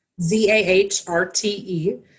Z-A-H-R-T-E